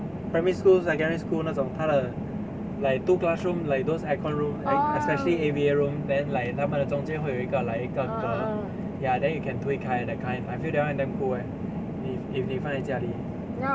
primary school secondary school 那种他的 like two classrooms like those aircon room especially A_V_A room then like 他们的中间会有一个 like 一个隔 ya then you can 推开 that kind I feel that one damn cool eh if if you 放在家里